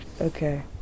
Okay